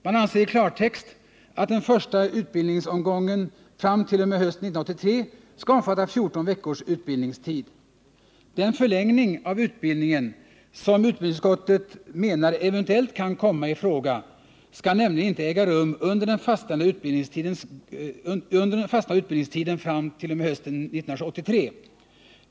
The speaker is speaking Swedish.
Man anser i klartext att den första utbildningsomgången fram t.o.m. hösten 1983 skall omfatta 14 veckors utbildningstid. Den förlängning av utbildningen som utbildningsutskottet menar eventuellt kan komma i fråga skall nämligen inte äga rum under den fastställda utbildningstiden fram t. .o. m. hösten 1983.